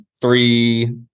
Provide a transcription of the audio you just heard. three